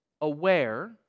aware